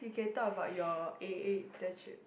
you can talk about your A_A internship